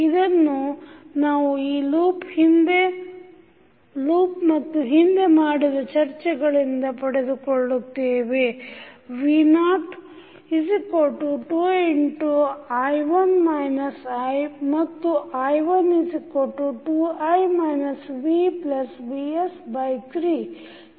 ಇದನ್ನು ನಾವು ಈ ಲೂಪ್ ಮತ್ತು ಹಿಂದೆ ಮಾಡಿದ ಚರ್ಚೆಗಳಿಂದ ಪಡೆದುಕೊಳ್ಳುತ್ತೇವೆv02 ಮತ್ತು i12i vvs3